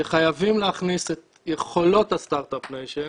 שחייבים להכניס את יכולות הסטרטאפ ניישן